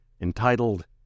entitled